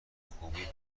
خوبی